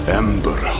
ember